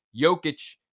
Jokic